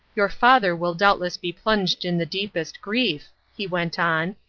your father will doubtless be plunged in the deepest grief, he went on,